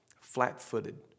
flat-footed